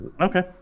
Okay